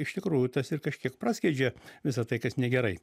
iš tikrųjų tas ir kažkiek praskiedžia visa tai kas negerai